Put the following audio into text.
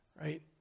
Right